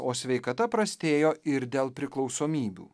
o sveikata prastėjo ir dėl priklausomybių